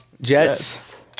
Jets